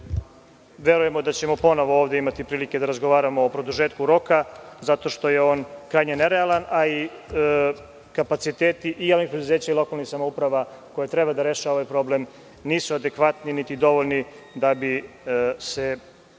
Verujemo da ćemo ponovo ovde imati prilike da razgovaramo o produžetku roka, zato što je on krajnje nerealan, a i kapaciteti i javnih preduzeća i lokalnih samouprava, koje treba da rešavaju problem, nisu adekvatni niti dovoljni da bi se